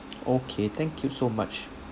okay thank you so much